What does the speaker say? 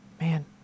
Man